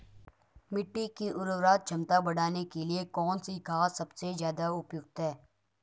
मिट्टी की उर्वरा क्षमता बढ़ाने के लिए कौन सी खाद सबसे ज़्यादा उपयुक्त है?